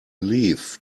leaf